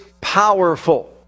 powerful